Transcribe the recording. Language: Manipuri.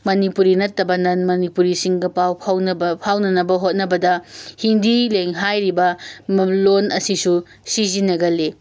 ꯝꯅꯤꯄꯨꯔꯤ ꯅꯠꯇꯕ ꯅꯟ ꯃꯅꯤꯄꯨꯔꯤꯁꯤꯡꯒ ꯄꯥꯎ ꯐꯥꯎꯅꯕ ꯐꯥꯎꯅꯅꯕ ꯍꯣꯠꯅꯕꯗ ꯍꯤꯟꯗꯤ ꯂꯦꯡ ꯍꯥꯏꯔꯤꯕ ꯂꯣꯟ ꯑꯁꯤꯁꯨ ꯁꯤꯖꯤꯟꯅꯒꯜꯂꯤ